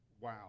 Wow